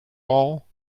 all